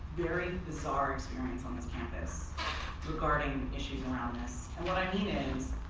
very bizarre experience on this campus regarding issues around this and but i mean is